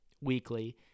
weekly